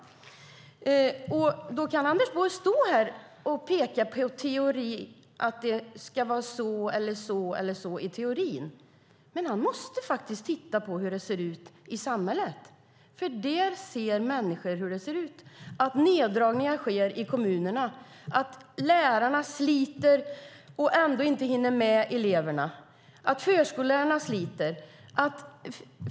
Anders Borg kan stå här och peka på att det ska vara si eller så i teorin, men han måste titta på hur det ser ut för människor i samhället. Neddragningar sker i kommunerna. Lärarna sliter och hinner ändå inte med eleverna. Förskollärarna sliter.